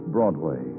Broadway